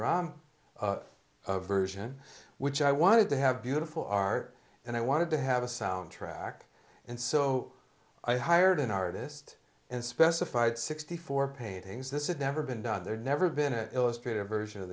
of version which i wanted to have beautiful art and i wanted to have a soundtrack and so i hired an artist and specified sixty four paintings this is never been done there never been an illustrator version of